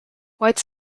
whites